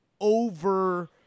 over